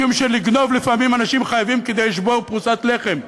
משום שלגנוב לפעמים אנשים חייבים בשביל פרוסת לחם,